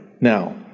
Now